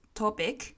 topic